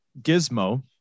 gizmo